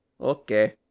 Okay